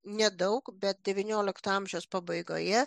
nedaug bet devyniolikto amžiaus pabaigoje